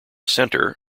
center